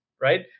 right